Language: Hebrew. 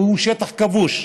והוא שטח כבוש,